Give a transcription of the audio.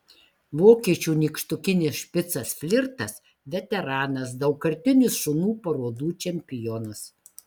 vokiečių nykštukinis špicas flirtas veteranas daugkartinis šunų parodų čempionas